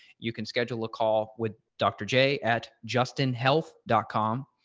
you can schedule a call with dr. j at justinhealth com.